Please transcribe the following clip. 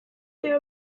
their